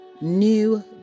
new